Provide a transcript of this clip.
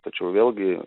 tačiau vėlgi